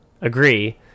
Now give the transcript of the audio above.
agree